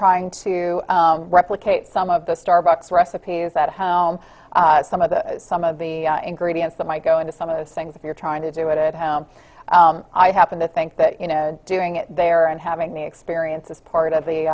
trying to replicate some of the starbucks recipes that home some of the some of the ingredients that might go into some of those things if you're trying to do it at home i happen to think that you know doing it there and having the experience is part of the